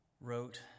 wrote